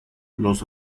los